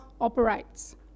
operates